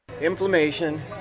Inflammation